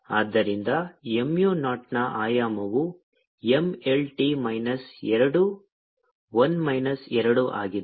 0 MLT 2I 2 σ I2ML3T 3 M L2I1 b a L a L ಆದ್ದರಿಂದ mu ನಾಟ್ನ ಆಯಾಮವು M L T minus ಎರಡು I minus ಎರಡು ಆಗಿದೆ